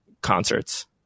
concerts